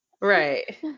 Right